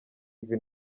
ivy